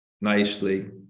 nicely